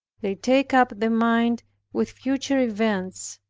they take up the mind with future events,